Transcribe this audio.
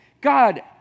God